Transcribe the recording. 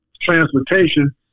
Transportation